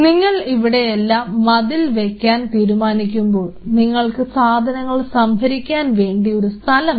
നിങ്ങൾ ഇവിടെ എല്ലാം മതില് വയ്ക്കാൻ തീരുമാനിക്കുമ്പോൾ നിങ്ങൾക്ക് സാധനങ്ങൾ സംഭരിക്കാൻ വേണ്ടി ഒരു സ്ഥലം വേണം